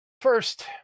First